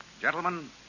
Gentlemen